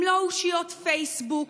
הם לא אושיות פייסבוק,